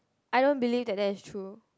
I don't believe that that is ture